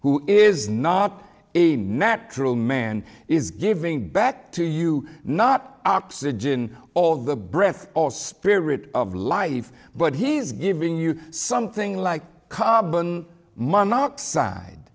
who is not a natural man is giving back to you not oxygen all the breath or spirit of life but he's giving you something like carbon monoxide